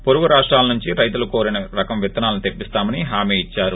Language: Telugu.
పొరుగు రాష్టాల నుంచి రైతులు కోరిన్ రకం విత్తనాలు తెప్పిస్తామని హామీ ఇచ్చారు